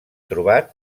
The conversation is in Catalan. trobat